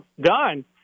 done